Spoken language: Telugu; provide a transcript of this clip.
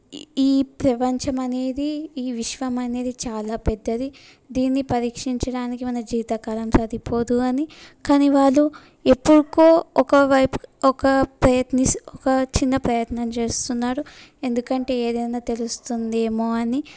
ఈ ప్రపంచం అనేది ఈ విశ్వం అనేది చాలా పెద్దది దీనిని పరీక్షించడానికి మనకి జీవిత కాలం సరిపోదు అని కానీ వాళ్ళు ఎప్పుకో ఒక వైపు ఒక ప్రయత్నం ఒక చిన్న ప్రయత్నం చేస్తున్నారు ఎందుకంటే ఏదైనా తెలుస్తుందేమో అని